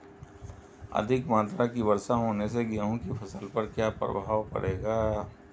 अधिक मात्रा की वर्षा होने से गेहूँ की फसल पर क्या प्रभाव पड़ेगा?